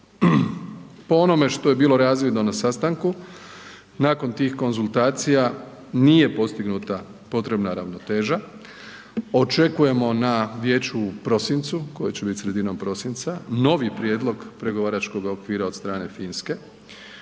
Po onome što je bilo razvidno na sastanku nakon tih konzultacija nije postignuta potrebna ravnoteža, očekujemo na vijeću u prosincu koje će bit sredinom prosinca, novi prijedlog pregovaračkoga okvira od strane Finske